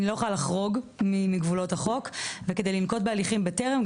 אני לא אוכל לחרוג מגבולות החוק וכדי לנקוט בהליכים בטרם,